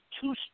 two